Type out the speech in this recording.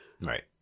Right